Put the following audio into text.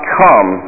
come